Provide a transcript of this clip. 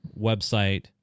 website